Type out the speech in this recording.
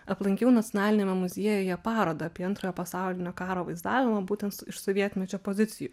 aplankiau nacionaliniame muziejuje paroda apie antrojo pasaulinio karo vaizdavimą būtent iš sovietmečio pozicijų